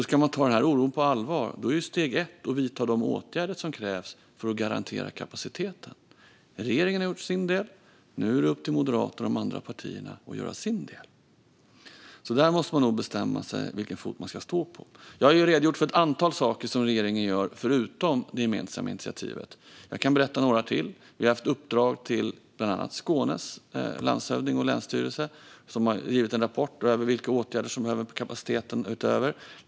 Ska man ta den här oron på allvar är steg ett att vidta de åtgärder som krävs för att garantera kapaciteten. Regeringen har gjort sin del. Nu är det upp till Moderaterna och de andra partierna att göra sin del. Där måste man nog bestämma sig för vilken fot man ska stå på. Jag har redogjort för ett antal saker som regeringen gör förutom det gemensamma initiativet. Jag kan berätta om några till. Vi har gett uppdrag till bland annat Skånes landshövding och länsstyrelse, som har skrivit en rapport över vilka åtgärder som ökar kapaciteten.